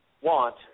want